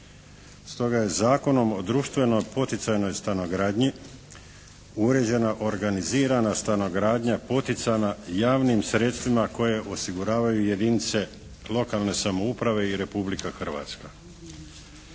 Stoga je Zakonom o društveno poticajnoj stanogradnji uređena organizirana stanogradnja poticana javnim sredstvima koje osiguravaju jedinice lokalne samouprave i Republika Hrvatska.